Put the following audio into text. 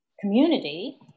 community